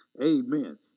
Amen